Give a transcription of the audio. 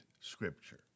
Scripture